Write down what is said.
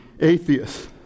atheists